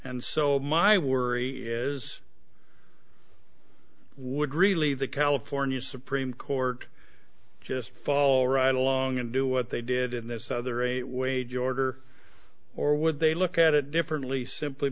and so my worry is would really the california supreme court just fall right along and do what they did in this other eight wage order or would they look at it differently simply